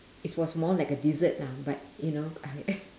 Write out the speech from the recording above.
it was more like a dessert lah but you know I